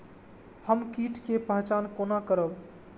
हम कीट के पहचान कोना करब?